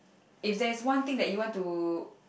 if there is one thing that you want to